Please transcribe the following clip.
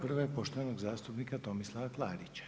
Prva je poštovanog zastupnika Tomislava Klarića.